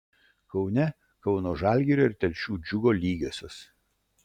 kaune kauno žalgirio ir telšių džiugo lygiosios